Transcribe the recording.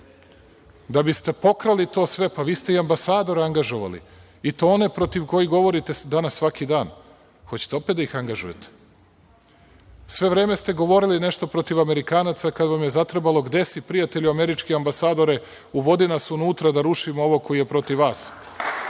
da biste pokrali to sve, pa vi ste i ambasadora angažovali i to one protiv kojih govorite danas, svaki dan. Hoćete opet da ih angažujete? Sve vreme ste govorili nešto protiv Amerikanaca, kada vam je zatrebalo – gde si prijatelju, američki ambasadore, uvodi nas unutra da rušimo ovog koji je protiv vas.